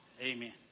Amen